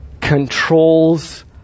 controls